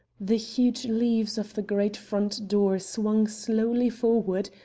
the huge leaves of the great front door swung slowly forward,